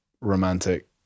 romantic